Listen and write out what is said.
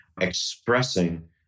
expressing